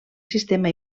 sistema